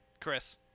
chris